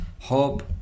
Hope